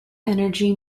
energy